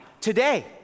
Today